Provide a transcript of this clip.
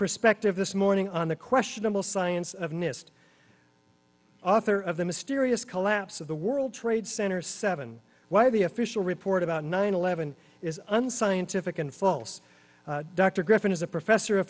perspective this morning on the questionable science of nist author of the mysterious collapse of the world trade center seven why the official report about nine eleven is unscientific and false dr griffin is a professor